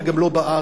וגם לא בארץ.